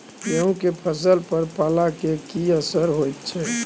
गेहूं के फसल पर पाला के की असर होयत छै?